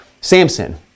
Samson